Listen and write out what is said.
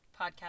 podcast